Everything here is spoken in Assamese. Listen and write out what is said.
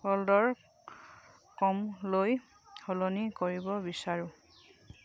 ৱল্ড কমলৈ সলনি কৰিব বিচাৰোঁ